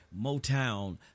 motown